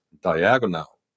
diagonal